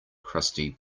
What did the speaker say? crusty